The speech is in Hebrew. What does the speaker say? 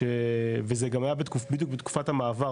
וזה גם היה בדיוק בתקופת המעבר,